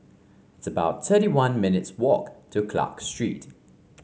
it's about thirty one minutes' walk to Clarke Street